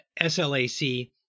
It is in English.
SLAC